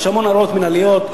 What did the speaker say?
יש המון הוראות מינהליות,